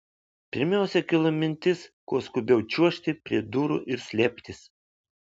pirmiausia kilo mintis kuo skubiau čiuožti prie durų ir slėptis